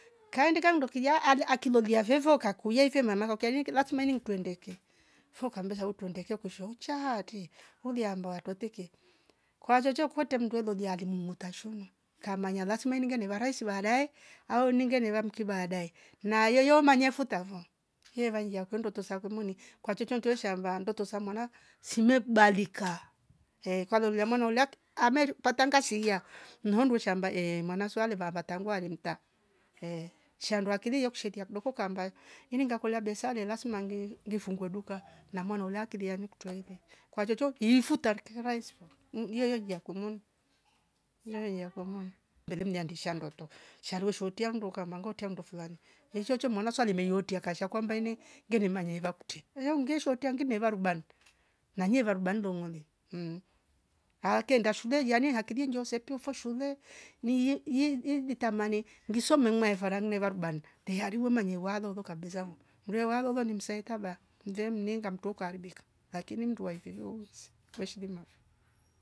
kaindika ndo kija ale akilo liavevo kakuyeve mama hokia kiri kilazima ning twendeke fo kambesa utwendeke kushoo uuchate huliamba watweteke kwa chocho kwete mndo lolia hali motoshunwa kamanya lazima ineninga niva raisi baade au ninge niva mki baadae na yoyo mnaya futa vo yevangia kwendo tusa kumuni kwa chocho ndosha mva ndoto za mwaana simekubalika ehh kwa lolia mwana ulaik ameri pata ngasiya mho ndushambwa ehh mwana swalevava tangua alemta ehh, shandua kilio yekshelia kidoko kambayo ininga kola besa lela lasma nge ngifungue duka na mwana ola kilia mi kutweive kwa chocho ifuta rikarara iswa mhh niyoyo iya kumum iyo iyakum mbele mnyandisha ndoto sharue shotia ndoka mangotia ndo fulani ichocho mwana saliwa meiyotia kashakwamba ini ngeni manya iva kute eungeshwa ngimiva rubani na nye marubani ndongole mhh akienda shule yani akili njoosepio fo shule ni ye- ye- yeivi tamani ngiso maimwae farani neva rubani tayari wemanya newalo ruka besa vo vewalo lolimsaeta ba vemninga mto kaharibika lakini mnduai vivyo use weshilima